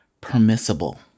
permissible